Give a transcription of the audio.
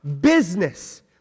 business